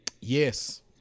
Yes